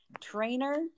trainer